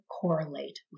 correlate